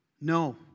No